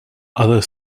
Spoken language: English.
other